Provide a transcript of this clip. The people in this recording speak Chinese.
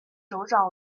首长